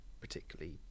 particularly